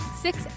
six